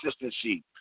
consistency